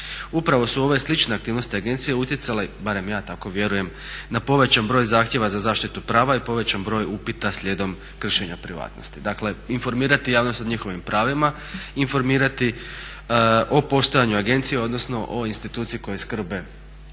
Upravo su ove slične aktivnosti agencije utjecale, barem ja tako vjerujem, na povećan broj zahtjeva za zaštitu prava i povećan broj upita slijedom kršenja privatnosti. Dakle informirati javnost o njihovim pravima, informirati o postojanju agencije odnosno o instituciji koja skrbi